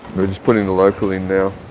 we're just putting the local in now.